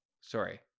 Sorry